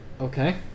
Okay